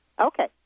Okay